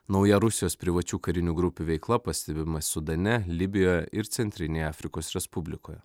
nauja rusijos privačių karinių grupių veikla pastebima sudane libijoje ir centrinėje afrikos respublikoje